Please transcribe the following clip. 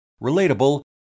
relatable